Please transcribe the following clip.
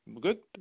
Good